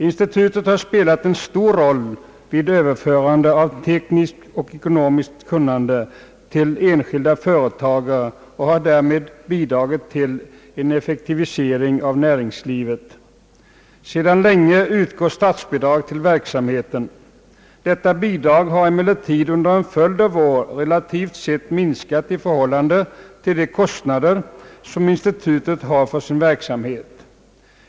Institutet spelar en speciellt stor roll vid överförandet av tekniskt och ekonomiskt tänkande till enskilda företagare och har därmed bidragit till en effektivisering av näringslivet. Sedan länge utgår statsbidrag till verksamheten. Detta bidrag har emellertid under en följd av år relativt sett minskat i förhållande till de kostnader som institutet har för sin verksamhet.